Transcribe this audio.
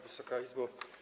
Wysoka Izbo!